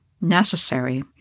necessary